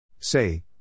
Say